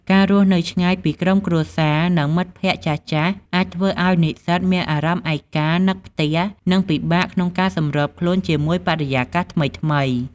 ការរស់នៅឆ្ងាយពីក្រុមគ្រួសារ និងមិត្តភ័ក្តិចាស់ៗ អាចធ្វើឲ្យនិស្សិតមានអារម្មណ៍ឯកា នឹកផ្ទះ និងពិបាកក្នុងការសម្របខ្លួនជាមួយបរិយាកាសថ្មីៗ។